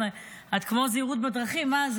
את כמו זהירות בדרכים, מה זה?